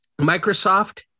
Microsoft